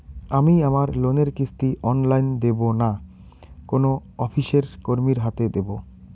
আমি আমার লোনের কিস্তি অনলাইন দেবো না কোনো অফিসের কর্মীর হাতে দেবো?